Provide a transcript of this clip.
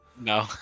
no